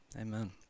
amen